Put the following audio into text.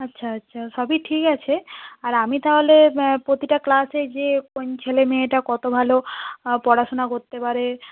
আচ্ছা আচ্ছা সবই ঠিক আছে আর আমি তাহলে প্রতিটা ক্লাসে গিয়ে কোন ছেলে মেয়েটা কত ভালো পড়াশোনা করতে পারে